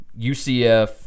UCF